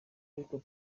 ariko